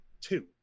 two